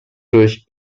durch